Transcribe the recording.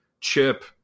chip